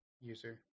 user